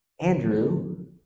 Andrew